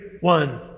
one